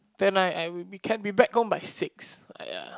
then I I we can be back home by six but ya